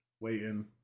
waiting